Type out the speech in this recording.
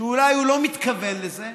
שאולי הוא לא מתכוון לזה.